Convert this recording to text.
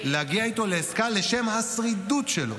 להגיע איתו לעסקה לשם השרידות שלו.